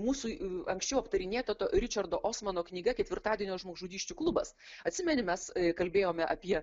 mūsų anksčiau aptarinėto to ričardo osmano knyga ketvirtadienio žmogžudysčių klubas atsimeni mes kalbėjome apie